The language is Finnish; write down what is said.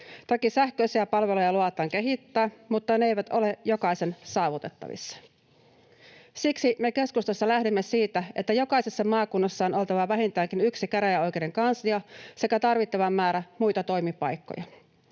Toki sähköisiä palveluja luvataan kehittää, mutta ne eivät ole jokaisen saavutettavissa. Siksi me keskustassa lähdemme siitä, että jokaisessa maakunnassa on oltava vähintäänkin yksi käräjäoikeuden kanslia sekä tarvittava määrä muita toimipaikkoja.